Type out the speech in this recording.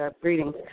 Greetings